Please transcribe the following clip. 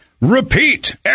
repeat